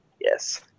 Yes